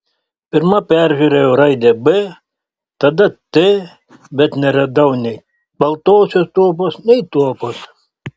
pirma peržiūrėjau raidę b tada t bet neradau nei baltosios tuopos nei tuopos